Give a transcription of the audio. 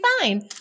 fine